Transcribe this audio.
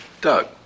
Doug